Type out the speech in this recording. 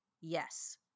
Yes